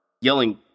yelling